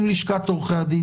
עם לשכת עורכי הדין,